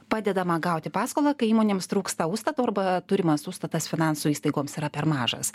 padedama gauti paskolą kai įmonėms trūksta užstato arba turimas užstatas finansų įstaigoms yra per mažas